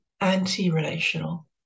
anti-relational